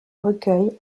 recueil